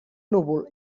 núvol